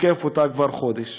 תוקף אותה כבר חודש